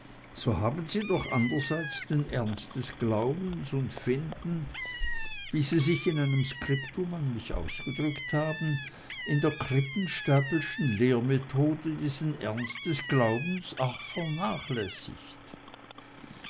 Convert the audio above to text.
so haben sie doch andrerseits den ernst des glaubens und finden wie sie sich in einem skriptum an mich ausgedrückt haben in der krippenstapelschen lehrmethode diesen ernst des glaubens arg vernachlässigt